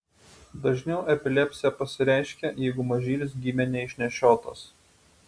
dažniau epilepsija pasireiškia jeigu mažylis gimė neišnešiotas